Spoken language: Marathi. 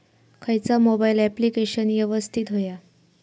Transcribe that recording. खयचा मोबाईल ऍप्लिकेशन यवस्तित होया?